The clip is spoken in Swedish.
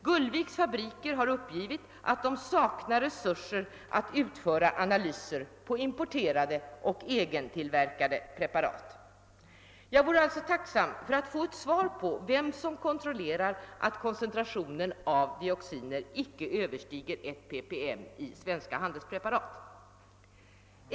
Gullviks fabriker har uppgivit att de saknar resurser att utföra analyser på importerade och egentillverkade preparat. Jag vore alltså tacksam för att få ett svar på vem som kontrollerar att koncentrationen av dioxiner icke överstiger 1 ppm i svenska handelspreparat.